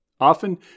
Often